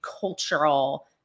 cultural